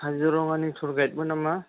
काजिरङानि टुर गाइडमोन नामा